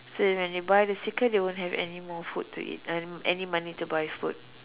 so when they buy the sticker they won't have any more food to eat uh any money to buy food